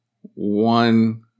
one